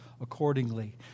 accordingly